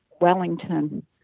Wellington